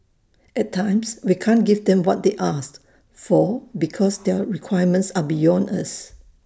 at times we can't give them what they ask for because their requirements are beyond us